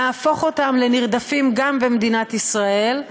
נהפוך אותם לנרדפים גם במדינת ישראל,